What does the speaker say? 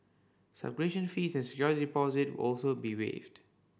subscription fees and security deposit also be waived